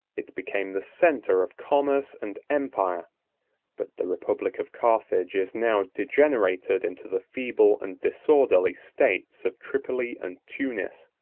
it became the centre of commerce and empire but the republic of carthage is now degenerated into the feeble and disorderly states of tripoli and tunis.